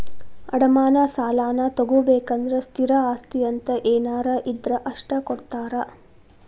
ಅಡಮಾನ ಸಾಲಾನಾ ತೊಗೋಬೇಕಂದ್ರ ಸ್ಥಿರ ಆಸ್ತಿ ಅಂತ ಏನಾರ ಇದ್ರ ಅಷ್ಟ ಕೊಡ್ತಾರಾ